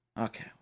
Okay